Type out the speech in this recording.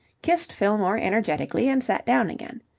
kissed fillmore energetically, and sat down again.